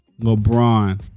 LeBron